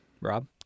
Rob